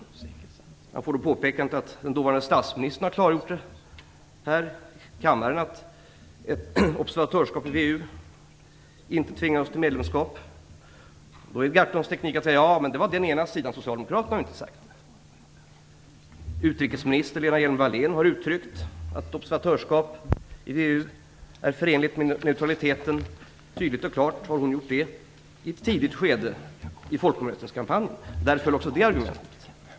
När han får påpekandet att den kommande statsministern här i kammaren har klargjort att ett observatörskap i VEU inte tvingar oss till medlemskap, är Gahrtons teknik att säga att detta var ett uttalande från den ena sidan - det har inte framhållits av socialdemokraterna. Utrikesminister Lena Hjelm-Wallén har tydligt och klart i ett tidigt skede av folkomröstningskampanjen uttryckt att observatörskap i VEU är förenligt med neutraliteten. Därmed faller också det argumentet.